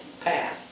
path